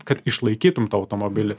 kad išlaikytum tą automobilį